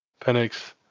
Penix